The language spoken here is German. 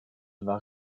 war